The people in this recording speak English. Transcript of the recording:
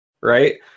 right